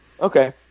Okay